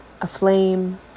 aflame